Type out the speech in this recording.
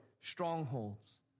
strongholds